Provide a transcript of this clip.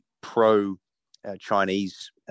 pro-Chinese